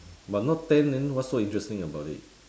but not tan then what's so interesting about it